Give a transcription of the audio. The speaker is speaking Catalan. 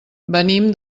venim